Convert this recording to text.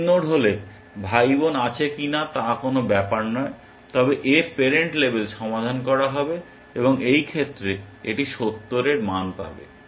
মিন node হলে ভাইবোন আছে কি না তা কোন ব্যাপার না তবে এর প্যারেন্ট লেবেল সমাধান করা হবে এবং এই ক্ষেত্রে এটি 70 এর মান পাবে